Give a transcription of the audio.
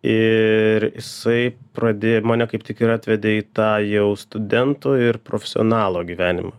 ir jisai pradė mane kaip tik ir atvedė į tą jau studento ir profesionalo gyvenimą